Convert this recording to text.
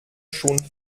schon